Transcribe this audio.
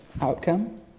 outcome